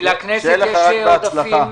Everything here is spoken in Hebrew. לכנסת יש עודפים?